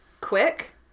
Quick